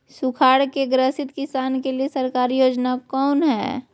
सुखाड़ से ग्रसित किसान के लिए सरकारी योजना कौन हय?